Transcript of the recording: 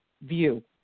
view